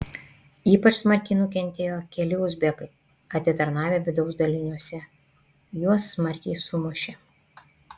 ypač smarkiai nukentėjo keli uzbekai atitarnavę vidaus daliniuose juos smarkiai sumušė